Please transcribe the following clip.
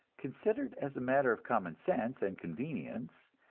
considered as a matter of common sense and convenience,